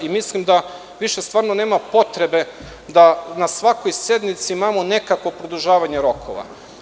Mislim da više nema potrebe da na svakoj sednici imamo nekakvo produžavanje rokova.